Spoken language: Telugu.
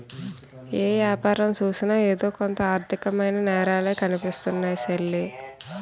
ఏ యాపారం సూసినా ఎదో కొంత ఆర్దికమైన నేరాలే కనిపిస్తున్నాయ్ సెల్లీ